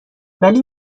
ولی